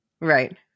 Right